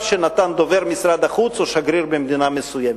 שנתן דובר משרד החוץ או שגריר במדינה מסוימת.